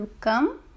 come